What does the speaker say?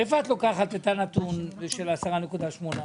מאיפה לקחת את הנתון של 10.8%?